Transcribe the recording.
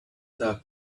talk